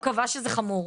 הוא קבע שזה חמור,